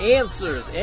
answers